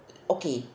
okay